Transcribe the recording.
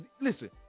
listen